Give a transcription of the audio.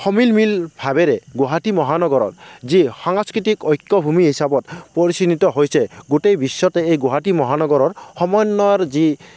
সমিল মিল ভাৱেৰে গুৱাহাটী মহানগৰত যি সাংস্কৃতিক ঐক্যভূমি হিচাপত পৰিচিনিত হৈছে গোটেই বিশ্বতেই এই গুৱাহাটী মহানগৰৰ সমন্বয়ৰ যি